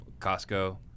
Costco